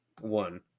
one